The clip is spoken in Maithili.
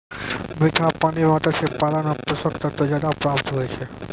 मीठा पानी मे मत्स्य पालन मे पोषक तत्व ज्यादा प्राप्त हुवै छै